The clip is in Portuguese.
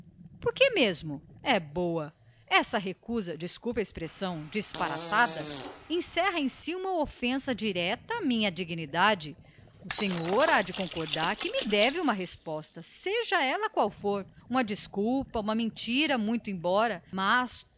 o motivo é boa tal recusa significa uma ofensa direta a quem faz o pedido foi uma afronta à minha dignidade o senhor há de concordar que me deve uma resposta seja qual for uma desculpa uma mentira muito embora mas